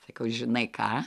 sakau žinai ką